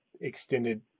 extended